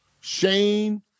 Shane